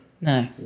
No